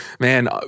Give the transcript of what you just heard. man